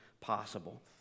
possible